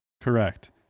Correct